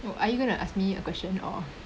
oh are you going to ask me a question or